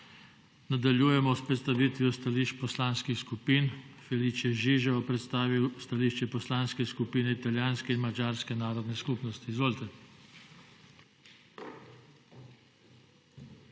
Nadaljujemo s predstavitvijo stališč poslanskih skupin. Felice Žiža bo predstavil stališče poslanske skupine italijanske in madžarske narodne skupnosti. Izvolite.